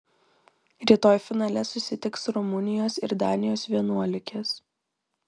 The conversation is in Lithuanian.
rytoj finale susitiks rumunijos ir danijos vienuolikės